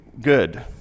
good